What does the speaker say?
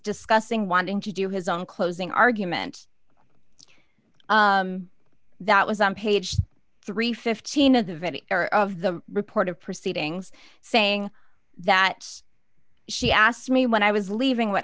discussing wanting to do his own closing argument that was on page three hundred and fifteen of the video or of the report of proceedings saying that she asked me when i was leaving what